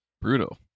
brutal